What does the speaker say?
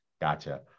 Gotcha